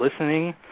listening